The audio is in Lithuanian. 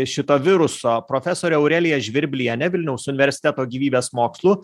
šito viruso profesorė aurelija žvirblienė vilniaus universiteto gyvybės mokslų